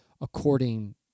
according